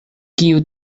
kiu